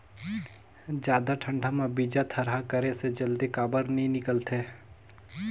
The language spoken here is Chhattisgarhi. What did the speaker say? जादा ठंडा म बीजा थरहा करे से जल्दी काबर नी निकलथे?